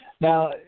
Now